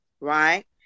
right